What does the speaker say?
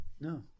No